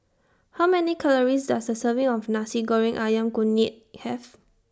How Many Calories Does A Serving of Nasi Goreng Ayam Kunyit Have